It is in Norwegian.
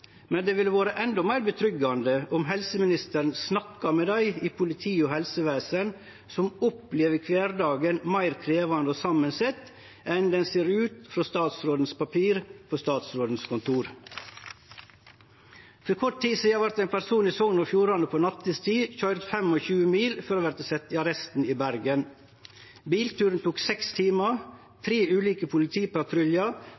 Men det hadde vore endå meir tryggjande om helseministeren snakka med dei i politi og helsevesen som opplever kvardagen meir krevjande samansett enn han ser ut på statsråden sitt papir på statsråden sitt kontor. For kort tid sidan vart ein person i Sogn og Fjordane på nattetid køyrd 25 mil for å verte sett i arresten i Bergen. Bilturen tok seks timar,